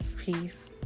peace